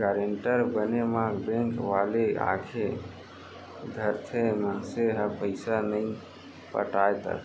guarantor बने म bank वाले आके धरथे, मनसे ह पइसा नइ पटाय त